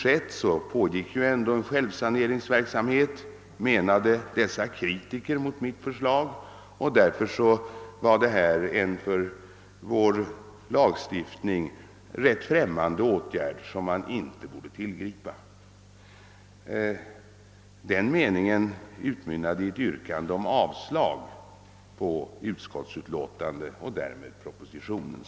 I stort sett pågick ändå en självsanering inom resebyråverksamheten, menade dessa kritiker, och därför borde man inte tillgripa en sådan för vår lagstiftning rätt främmande åtgärd som en lagstiftning om resegaranti. Denna uppfattning utmynnade i ett yrkande om avslag på utskottets förslag och därmed på propositionen.